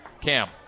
Cam